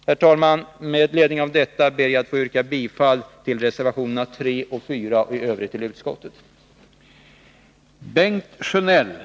Herr talman! Med ledning av detta ber jag få yrka bifall till reservationerna 3 och 4 och i övrigt till utskottets hemställan.